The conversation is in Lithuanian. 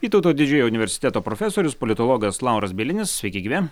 vytauto didžiojo universiteto profesorius politologas lauras bielinis sveiki gyvi